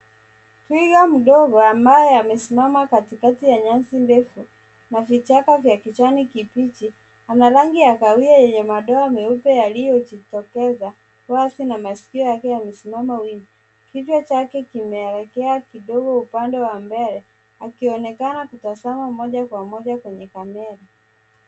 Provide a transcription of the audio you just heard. Twiga mdogo ambaye amesimama katikati ya nyasi ndefu na vichaka vya kijani kibichi ana rangi ya kahawia yenye madoa meupe yaliyojitokeza wazi na masikio yake yamesimama wima. Kichwa chake kimeelekea kidogo upande wa mbele akionekana kutazama moja kwa moja kwenye kamera.